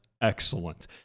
excellent